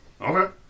Okay